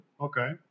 Okay